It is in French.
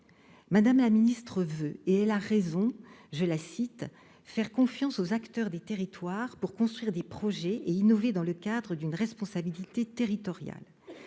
de la santé veut, avec raison, « faire confiance aux acteurs des territoires pour construire des projets et innover dans le cadre d'une responsabilité territoriale.